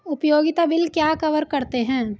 उपयोगिता बिल क्या कवर करते हैं?